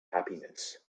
happiness